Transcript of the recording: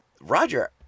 Roger